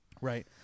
Right